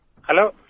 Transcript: Hello